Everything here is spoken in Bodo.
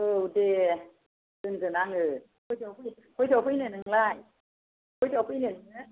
औ दे दोनगोन आङो कयतायाव फैनो कयतायाव फैनो नोंलाय कयतायाव फैनो नोङो